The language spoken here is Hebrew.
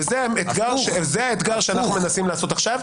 זה האתגר שאנחנו מתמודדים איתו.